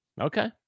Okay